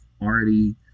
already